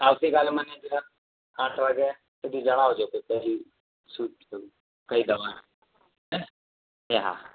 આવતી કાલે મને જરા આઠ વાગ્યા સુધી જણાવજો કે કઈ શું થયું કઈ દવા હેં ને એ હા